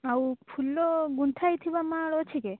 ଆଉ ଫୁଲ ଗୁନ୍ଥା ହେଇଥିବା ମାଳ ଅଛିକେ